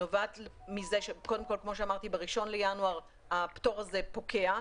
נובעת מזה שב-1 בינואר הפטור הזה פוקע.